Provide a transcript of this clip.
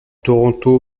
toronto